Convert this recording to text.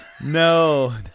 no